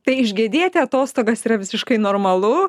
tai išgedėti atostogas yra visiškai normalu